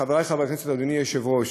חברי חברי הכנסת, אדוני היושב-ראש,